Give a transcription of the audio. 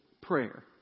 prayer